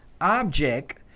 object